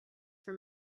for